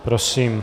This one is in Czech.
Prosím.